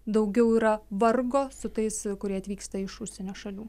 daugiau yra vargo su tais kurie atvyksta iš užsienio šalių